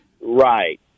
Right